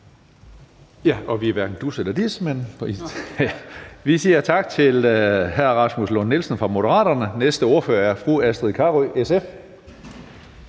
Hønge): Vi er hverken dus eller Des her. Vi siger tak til hr. Rasmus Lund-Nielsen fra Moderaterne. Næste ordfører er fru Astrid Carøe, SF.